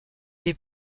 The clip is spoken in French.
des